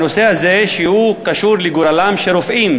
הנושא הזה קשור לגורלם של רופאים,